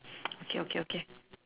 okay okay okay